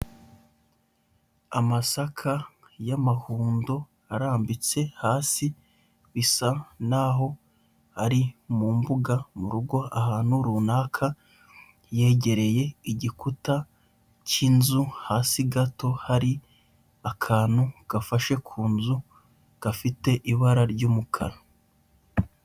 Amasaka y'amahundo arambitse hasi, bisa n'aho ari mu mbuga, mu rugo ahantu runaka, yegereye igikuta cy'inzu, hasi gato hari akantu gafashe ku nzu, gafite ibara ry'umukara.